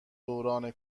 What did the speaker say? دوران